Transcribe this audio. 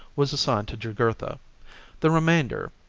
was assigned to jugurtha the remainder,